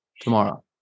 tomorrow